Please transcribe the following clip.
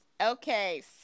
Okay